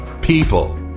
People